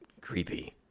Creepy